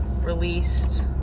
released